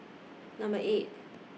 Number eight